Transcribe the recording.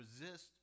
resist